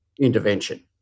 intervention